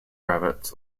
rabbits